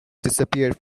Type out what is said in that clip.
disappeared